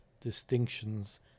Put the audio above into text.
distinctions